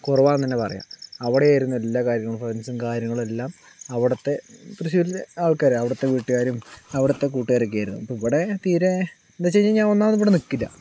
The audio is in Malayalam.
കുറവാന്ന് തന്നെ പറയാം അവിടെയിരുന്നു എല്ലാ കാര്യങ്ങളും ഫ്രണ്ട്സും കാര്യങ്ങളും എല്ലാം അവിടുത്തെ തൃശ്ശൂരിലെ ആൾക്കാര് അവിടുത്തെ വീട്ടുകാരും അവിടുത്തെ കൂട്ടുകാരക്കേയിരുന്നു ഇപ്പ ഇവിടെ തീരെ എന്താന്ന് വച്ച് കഴിഞ്ഞാൽ ഞാൻ ഇവിടെ ഒന്നാമത് ഇവിടെ നിക്കില്ല